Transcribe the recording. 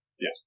Yes